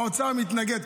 האוצר מתנגד.